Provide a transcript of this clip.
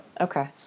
Okay